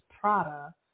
Prada